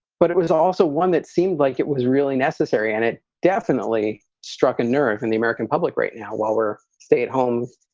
but it was also one that seemed like it was really necessary and it definitely struck a nerve in the american public right now while we're stay at home.